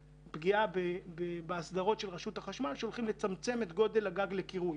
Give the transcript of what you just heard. פגיעה בהסדרות של רשות החשמל בכך שהולכים לצמצם את גודל הגג לקירוי.